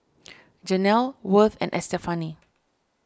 Janel Worth and Estefani